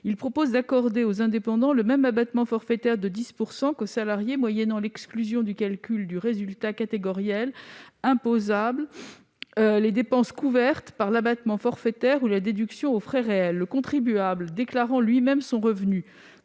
Il vise à accorder aux indépendants le même abattement forfaitaire de 10 % qu'aux salariés, moyennant l'exclusion du calcul du résultat catégoriel imposable des dépenses couvertes par l'abattement forfaitaire ou la déduction des frais réels. Le contribuable déclarant lui-même son revenu,